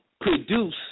produce